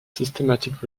systematic